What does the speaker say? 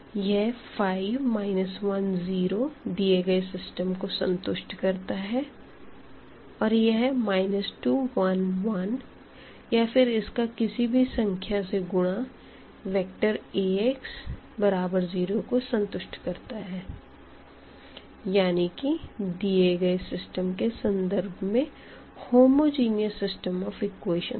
यह 5 1 0 दिए गए सिस्टम को संतुष्ट करता है और यह 2 1 1 या फिर इसका किसी भी संख्या से गुणा वेक्टर Ax0 को संतुष्ट करता है यानी कि दिए गए सिस्टम के संदर्भ में होमोजेनियस सिस्टम ऑफ़ इक्वेशन को